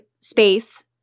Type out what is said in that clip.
space